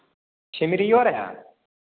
रहै